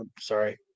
Sorry